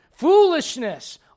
foolishness